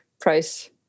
price